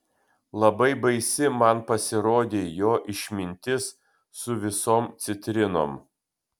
labai baisi man pasirodė jo išmintis su visom citrinom